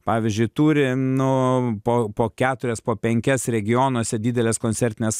pavyzdžiui turi nu po po keturias po penkias regionuose dideles koncertines